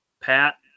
Pat